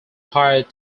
hired